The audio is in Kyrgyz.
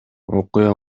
окуя